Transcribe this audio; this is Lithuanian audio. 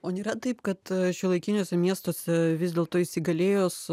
o nėra taip kad šiuolaikiniuose miestuose vis dėlto įsigalėjus